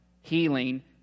healing